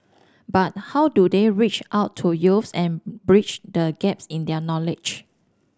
but how do they reach out to youths and bridge the gaps in their knowledge